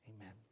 Amen